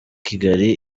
kigali